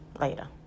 Later